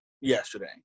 yesterday